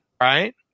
Right